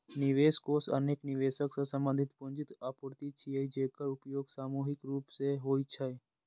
निवेश कोष अनेक निवेशक सं संबंधित पूंजीक आपूर्ति छियै, जेकर उपयोग सामूहिक रूप सं होइ छै